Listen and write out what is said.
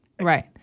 Right